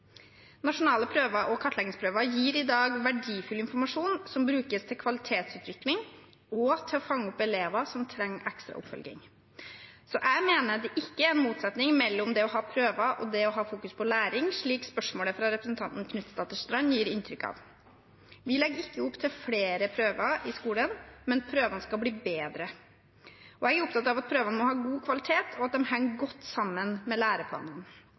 Nasjonale prøver og kartleggingsprøver gir i dag verdifull informasjon som brukes til kvalitetsutvikling og til å fange opp elever som trenger ekstra oppfølging. Jeg mener det ikke er en motsetning mellom det å ha prøver og det å ha fokus på læring, slik spørsmålet fra representanten Knutsdatter Strand gir inntrykk av. Vi legger ikke opp til flere prøver i skolen, men prøvene skal bli bedre. Jeg er opptatt av at prøvene må ha god kvalitet, og at de henger godt sammen med